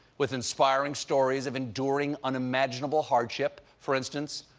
with inspiring stories of enduring unimaginable hardship. for instance,